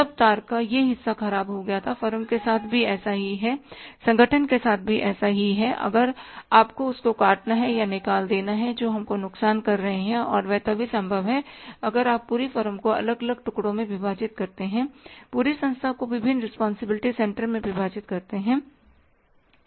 तब तार का यह हिस्सा खराब हो गया था फर्म के साथ भी ऐसा ही है संगठन के साथ भी ऐसा ही है आपको उसको काटना है या निकाल देना है जो हम को नुकसान कर रहे हैं हैं और वह तभी संभव है अगर आप पूरी फर्म को अलग अलग टुकड़ों में विभाजित करते हैं पूरी संस्था को विभिन्न रिस्पांसिबिलिटी सेंटरमें विभाजित करते हैं